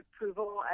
approval